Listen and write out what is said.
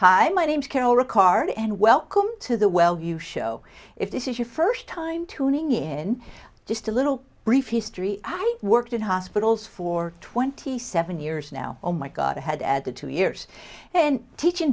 hi my name's carol ricard and welcome to the well you show if this is your first time tuning in just a little brief history i worked in hospitals for twenty seven years now oh my god i had added two years and teaching